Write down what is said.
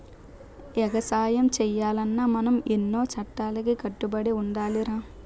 ఎగసాయం సెయ్యాలన్నా మనం ఎన్నో సట్టాలకి కట్టుబడి ఉండాలిరా